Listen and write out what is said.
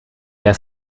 der